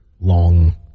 long